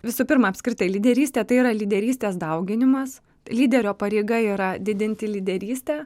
visų pirma apskritai lyderystė tai yra lyderystės dauginimas lyderio pareiga yra didinti lyderystę